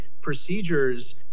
procedures